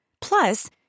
Plus